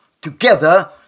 Together